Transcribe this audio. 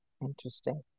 Interesting